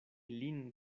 lin